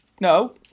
no